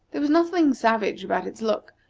there was nothing savage about its look,